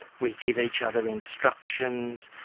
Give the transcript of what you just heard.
we give each other instructions,